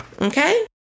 Okay